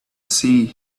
sea